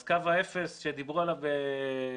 אז קו האפס שדיברו עליו ב-1990,